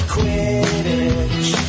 Quidditch